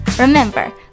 Remember